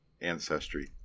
ancestry